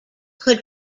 could